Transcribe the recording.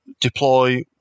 deploy